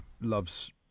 Loves